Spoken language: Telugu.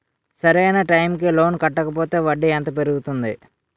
సరి అయినా టైం కి లోన్ కట్టకపోతే వడ్డీ ఎంత పెరుగుతుంది?